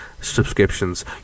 subscriptions